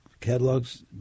catalogs